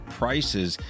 prices